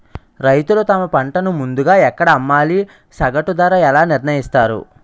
రైతులు తమ పంటను ముందుగా ఎక్కడ అమ్మాలి? సగటు ధర ఎలా నిర్ణయిస్తారు?